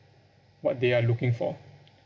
what they are looking for